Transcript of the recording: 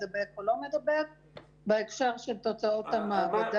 מדבק או לא מדבק בהקשר של תוצאות המעבדה בעניין הזה במכון הביולוגי.